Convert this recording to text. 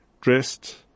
dressed